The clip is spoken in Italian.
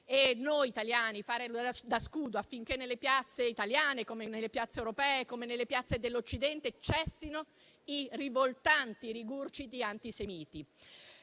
E noi italiani faremo da scudo, affinché nelle piazze italiane, come nelle piazze europee, come nelle piazze dell'Occidente, cessino i rivoltanti rigurgiti antisemiti.